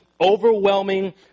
overwhelming